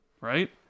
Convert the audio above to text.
right